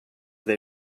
they